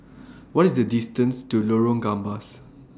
What IS The distance to Lorong Gambas